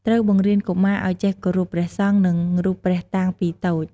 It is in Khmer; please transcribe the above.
ត្រូវបង្រៀនកុមារឲ្យចះគោរពព្រះសង្ឃ និងរូបព្រះតាំងពីតូច។